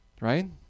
right